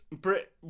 brit